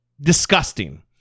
Disgusting